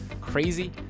crazy